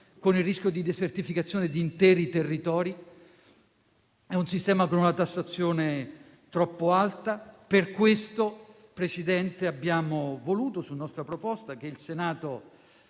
con il rischio di desertificazione di interi territori; è un sistema con una tassazione troppo alta. Per questo, signor Presidente, abbiamo voluto, su nostra proposta, che il Senato